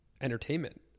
entertainment